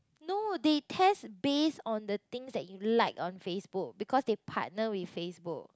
no they test based on the things that you like on Facebook because they partner with Facebook